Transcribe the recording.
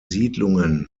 siedlungen